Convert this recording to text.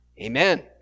Amen